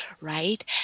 right